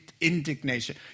indignation